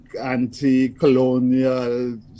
anti-colonial